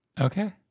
Okay